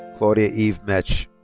claudia eve metsch.